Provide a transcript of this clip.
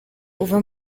uva